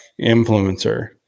influencer